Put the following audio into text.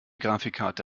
grafikkarte